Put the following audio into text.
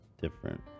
different